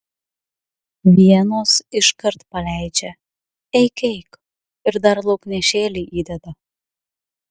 vienos iškart paleidžia eik eik ir dar lauknešėlį įdeda